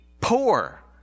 poor